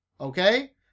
okay